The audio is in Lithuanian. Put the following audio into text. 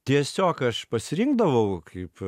tiesiog aš pasirinkdavau kaip